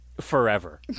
forever